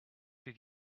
did